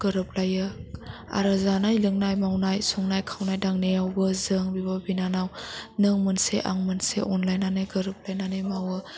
गोरोबलायो आरो जानाय लोंनाय मावनाय संनाय खावनाय दांनायावबो जों बिब' बिनानाव नों मोनसे आं मोनसे अनलायनानै गोरोबलायनानै मावो